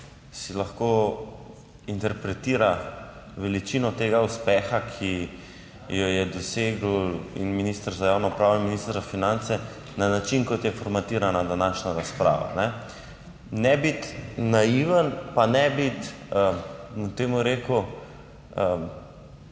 si lahko interpretira veličino tega uspeha, ki jo je dosegel in minister za javno upravo in minister za finance na način kot je formatirana današnja razprava. Ne biti naiven pa ne biti, bom temu rekel,